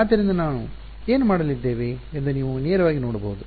ಆದ್ದರಿಂದ ನಾವು ಏನು ಮಾಡಲಿದ್ದೇವೆ ಎಂದು ನೀವು ನೇರವಾಗಿ ನೋಡಬಹುದು